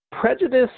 Prejudice